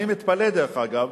אני מתפלא, דרך אגב,